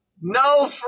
no